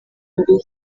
zambiya